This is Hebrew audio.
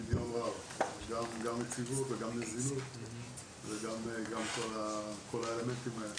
גם יציבות וגם נזילות וגם כל האלמנטים האלה,